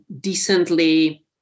decently